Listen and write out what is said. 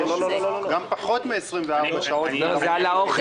גם פחות מ-24 שעות באולמות אירועים.